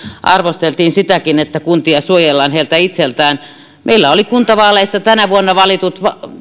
arvosteltiin sitäkin että kuntia suojellaan heiltä itseltään meillä oli kuntavaaleissa tänä vuonna valitut